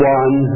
one